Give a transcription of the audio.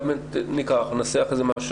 אולי באמת ננסח משהו,